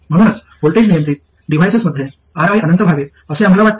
म्हणूनच व्होल्टेज नियंत्रित डिव्हाइसमध्ये Ri अनंत व्हावे असे आम्हाला वाटते